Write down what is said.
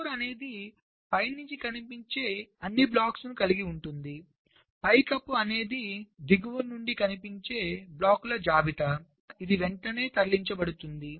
floor అనేది పై నుండి కనిపించే అన్ని బ్లాకులను కలిగి ఉంటుంది పైకప్పు అనేది దిగువ నుండి కనిపించే బ్లాకుల జాబితా కనుక ఇది వెంటనే తరలించబడుతుంది